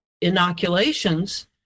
inoculations